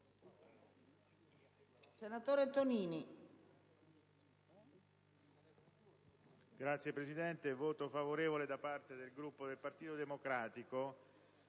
senatore Tonini